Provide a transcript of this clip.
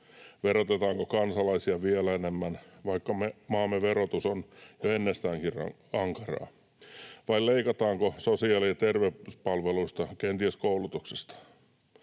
Verotetaanko kansalaisia vielä enemmän, vaikka maamme verotus on jo ennestäänkin ankaraa? Vai leikataanko sosiaali‑ ja terveyspalveluista, kenties koulutuksesta?